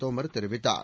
தோமர் தெரிவித்தார்